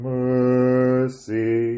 mercy